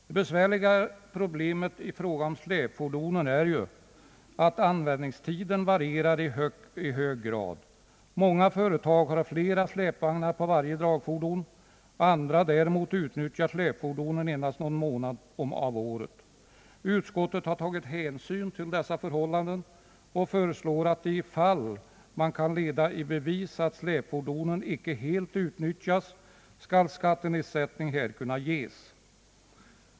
Det besvärliga problemet i fråga om släpfordonen är att användningstiden varierar i hög grad. Många företag har flera släpvagnar på varje dragfordon, andra däremot utnyttjar släpfordonen endast någon månad om året. Utskottet har tagit hänsyn till dessa förhållanden och föreslår att ifall man kan leda i bevis att släpfordonen icke helt utnyttjas skall skattenedsättning kunna ges.